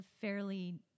fairly